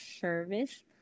service